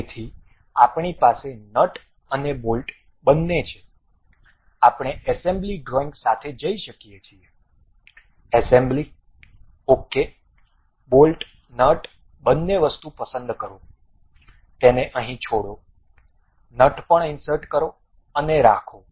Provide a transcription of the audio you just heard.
તેથી આપણી પાસે નટ અને બોલ્ટ બંને છે આપણે એસેમ્બલી ડ્રોઇંગ સાથે જઈ શકીએ છીએ એસેમ્બલી ok બોલ્ટ નટ બંને વસ્તુ પસંદ કરો તેને અહીં છોડો નટ પણ ઇન્સર્ટ કરો અને રાખો